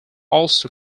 also